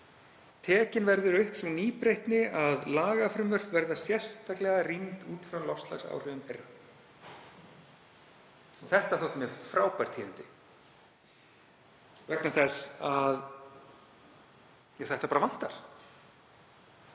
„Tekin verður upp sú nýbreytni að lagafrumvörp verða sérstaklega rýnd út frá loftslagsáhrifum þeirra.“ Þetta þóttu mér frábær tíðindi vegna þess að þetta vantar.